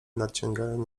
nadciągają